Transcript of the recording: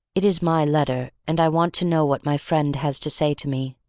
it is my letter and i want to know what my friend has to say to me.